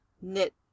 knit